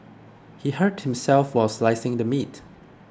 he hurt himself while slicing the meat